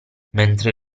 mentre